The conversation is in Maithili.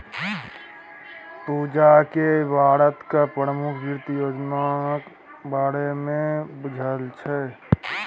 पूजाकेँ भारतक प्रमुख वित्त योजनाक बारेमे बुझल छै